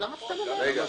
למה את סתם אומרת?